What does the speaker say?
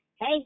hey